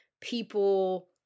people